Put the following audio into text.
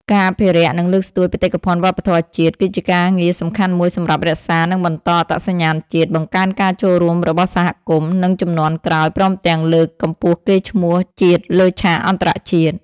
ការអភិរក្ស និងលើកស្ទួយបេតិកភណ្ឌវប្បធម៌ជាតិ គឺជាការងារសំខាន់មួយសម្រាប់រក្សា និងបន្តអត្តសញ្ញាណជាតិ បង្កើនការចូលរួមរបស់សហគមន៍ និងជំនាន់ក្រោយ ព្រមទាំងលើក កម្ពស់កេរ្តិ៍ឈ្មោះជាតិលើឆាកអន្តរជាតិ។